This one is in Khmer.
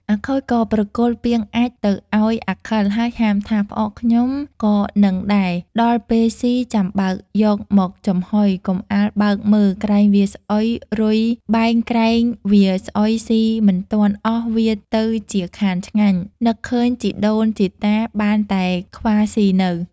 អាខូចក៏ប្រគល់ពាងអាចម៏ទៅឱ្យអាខិលហើយហាមថា“ផ្អកខ្ញុំក៏នឹងដែរដល់ពេលស៊ីចាំបើកយកមកចំហុយកុំអាលបើកមើលក្រែងវាស្អុយរុយបែងក្រែងវាស្អុយស៊ីមិនទាន់អស់វាទៅជាខានឆ្ងាញ់ នឹកឃើញជីដូនជីតា បានតែខ្វាស៊ីនៅ”។